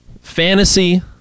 fantasy